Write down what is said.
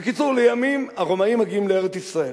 בקיצור, לימים הרומאים מגיעים לארץ-ישראל,